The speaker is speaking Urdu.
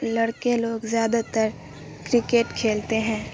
لڑکے لوگ زیادہ تر کرکٹ کھیلتے ہیں